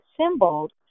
assembled